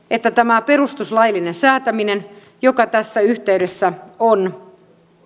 että tämä perustuslaillinen säätäminen joka tässä yhteydessä on